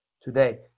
today